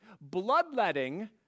bloodletting